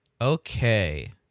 Okay